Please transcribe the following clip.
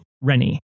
Rennie